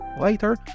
later